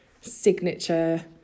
signature